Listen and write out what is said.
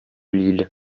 lille